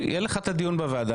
יהיה לך את הדיון בוועדה,